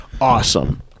awesome